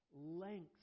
lengths